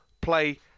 play